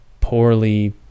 poorly